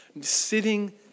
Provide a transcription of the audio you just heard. Sitting